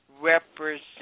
represent